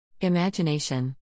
Imagination